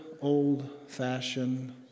old-fashioned